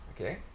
okay